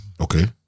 okay